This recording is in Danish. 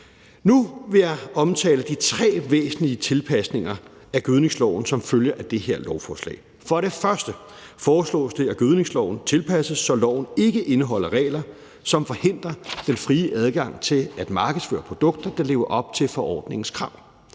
Nu vil jeg omtale de tre væsentlige tilpasninger af gødskningsloven, som følger af det her lovforslag. For det første foreslås det, at gødningsloven tilpasses, så loven ikke indeholder regler, som forhindrer den frie adgang til at markedsføre produkter, der lever op til forordningens krav.